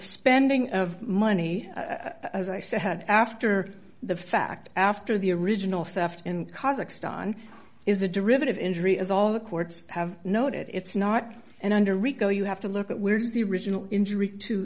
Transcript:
spending of money as i said after the fact after the original theft in kazakhstan is a derivative injury as all the courts have noted it's not and under rico you have to look at where does the original injury to